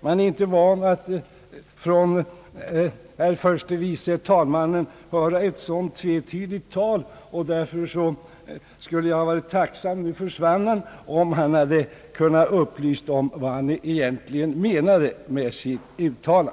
Man är inte van att från herr förste vice talmannen höra ett sådant tvetydigt tal, och därför skulle jag vara tacksam om han kunde upplysa om vad han egentligen menade med sitt uttalande.